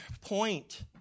point